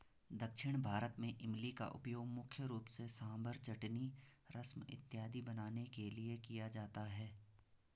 दक्षिण भारत में इमली का उपयोग मुख्य रूप से सांभर चटनी रसम इत्यादि बनाने के लिए किया जाता है